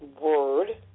word